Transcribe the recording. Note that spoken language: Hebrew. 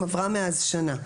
עברה מאז שנה.